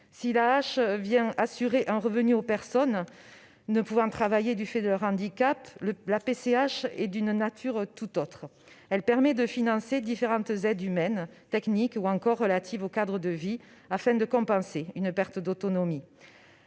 vient aussi assurer un revenu aux personnes ne pouvant travailler du fait de leur handicap ou d'une maladie chronique, la PCH est d'une tout autre nature. Elle permet de financer différentes aides humaines, techniques ou encore relatives au cadre de vie afin de compenser une perte d'autonomie.